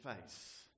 face